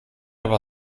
aber